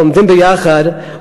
עומדים ביחד,